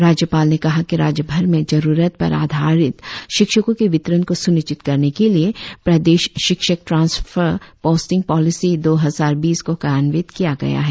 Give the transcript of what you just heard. राज्यपाल ने कहा कि राज्यभर में जरुरत पर आधारित शिक्षकों की वितरण को सुनिश्चित करने के लिए प्रदेश शिक्षक ट्रांसफर पोस्टिंग पॉलिसी दो हजार बीस को कार्यान्वित किया गया है